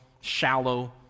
shallow